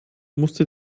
musste